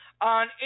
On